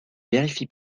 vérifie